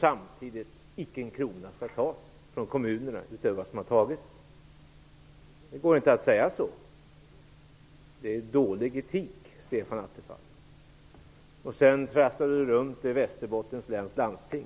samtidigt som inte en krona skall tas utöver vad som har tagits. Det går inte att säga så. Det är dålig etik, Stefan Attefall! Han trasslar sedan runt i Västerbottens läns landsting.